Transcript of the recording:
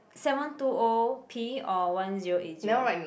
seven two O P or one zero eight zero